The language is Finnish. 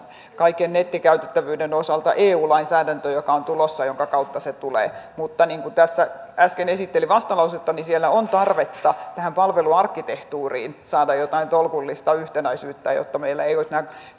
kaiken nettikäytettävyyden osalta eu lainsäädäntö joka on tulossa ja jonka kautta se tulee mutta niin kuin tässä äsken esittelin vastalausetta siellä on tarvetta tähän palveluarkkitehtuuriin saada jotain tolkullista yhtenäisyyttä jotta meillä ei olisi nämä